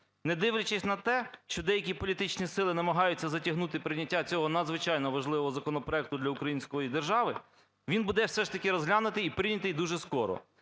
Не дивлячись на те, що деякі політичні сили намагаються затягнути прийняття цього надзвичайно важливого законопроекту для української держави, він буде все ж таки розглянутий і прийнятий дуже скоро.